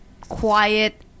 quiet